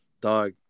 Dog